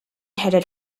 headed